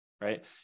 right